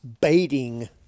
baiting